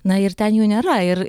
na ir ten jų nėra ir